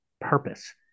purpose